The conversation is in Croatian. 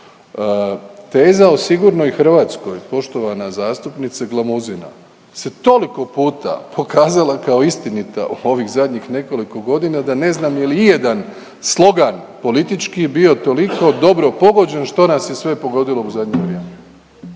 Teza o sigurnoj Hrvatskoj poštovana zastupnice Glamuzina se toliko puta pokazala kao istinita u ovih zadnjih nekoliko godina da ne znam jel ijedan slogan politički bio toliko dobro pogođen što nas je sve pogodilo u zadnje vrijeme.